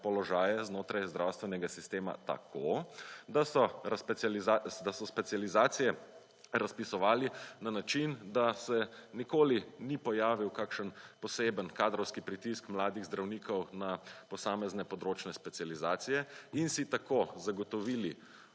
znotraj zdravstvenega sistema tako, da so specializacije razpisovali na način, da se nikoli ni pojavil kakšen poseben kadrovski pritisk mladih zdravnikov na posamezne področje specializacije in si tako zagotovili